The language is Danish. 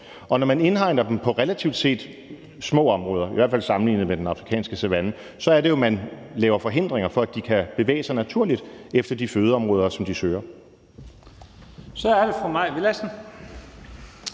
Og når man indhegner dem på relativt set små områder, i hvert fald sammenlignet med den afrikanske savanne, så er det jo, at man laver forhindringer for, at de kan bevæge sig naturligt efter de fødeområder, som de søger.